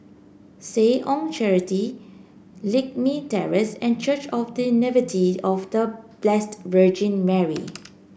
Seh Ong Charity Lakme Terrace and Church of The Nativity of The Blessed Virgin Mary